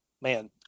man